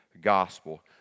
gospel